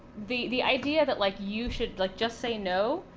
the the idea that like you should like just say no,